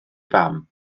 fam